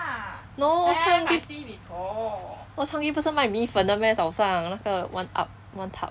no old chang kee old chang kee 不是卖米粉的 meh 早上那个 one up one tub